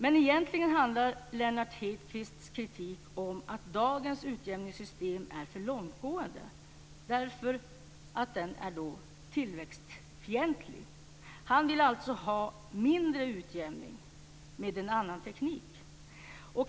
Men egentligen handlar Lennart Hedquists kritik om att dagens utjämningssystem är för långtgående eftersom den är tillväxtfientlig. Han vill alltså ha mindre utjämning med en annan teknik.